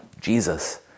Jesus